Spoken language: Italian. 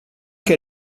che